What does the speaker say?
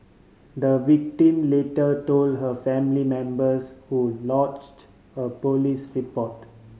the victim later told her family members who lodged a police report